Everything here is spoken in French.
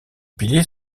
piliers